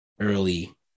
early